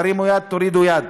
תורידו יד,